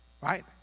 Right